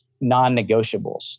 non-negotiables